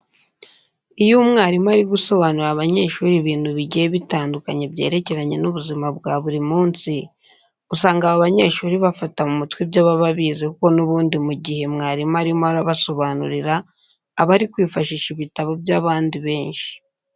Iyo umwarimu ari gusobanurira abanyeshuri ibintu bigiye bitandukanye byerekeranye n'ubuzima bwa buri munsi, usanga aba banyeshuri bafata mu mutwe ibyo baba bize kuko n'ubundi mu gihe mwarimu arimo arabasobanurira, aba ari kwifashisha ibitabo by'abandi benshi.